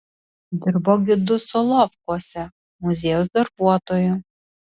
dirbo gidu solovkuose muziejaus darbuotoju